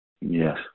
Yes